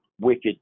wicked